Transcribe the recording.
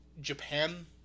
Japan